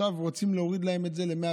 עכשיו רוצים להוריד להם את זה ל-112%,